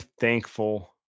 thankful